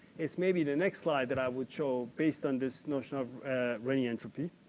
it's maybe the next slide that i would show based on this notion of renyi entropy.